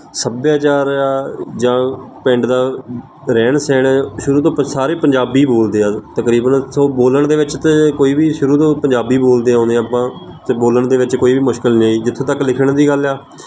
ਸੱਭਿਆਚਾਰ ਆ ਜਾਂ ਪਿੰਡ ਦਾ ਰਹਿਣ ਸਹਿਣ ਸ਼ੁਰੂ ਤੋਂ ਆਪਾਂ ਸਾਰੇ ਪੰਜਾਬੀ ਬੋਲਦੇ ਹਾਂ ਤਕਰੀਬਨ ਸੋ ਬੋਲਣ ਦੇ ਵਿੱਚ ਤਾਂ ਕੋਈ ਵੀ ਸ਼ੁਰੂ ਤੋਂ ਪੰਜਾਬੀ ਬੋਲਦੇ ਆਉਂਦੇ ਆਪਾਂ ਅਤੇ ਬੋਲਣ ਦੇ ਵਿੱਚ ਕੋਈ ਵੀ ਮੁਸ਼ਕਲ ਨਹੀਂ ਜਿੱਥੋਂ ਤੱਕ ਲਿਖਣ ਦੀ ਗੱਲ ਆ